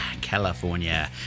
California